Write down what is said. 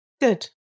Good